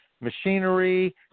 machinery